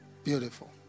beautiful